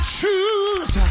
choose